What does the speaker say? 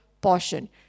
portion